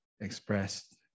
expressed